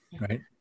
right